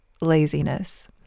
laziness